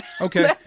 Okay